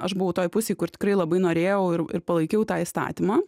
aš buvau toj pusėj kur tikrai labai norėjau ir ir palaikiau tą įstatymą